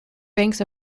banks